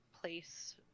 place